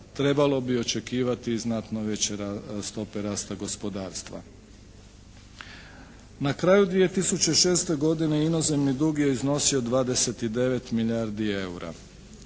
trebalo bi očekivati i znatno veće stope rasta gospodarstva. Na kraju 2006. godine inozemni dug je iznosio 29 milijardi eura.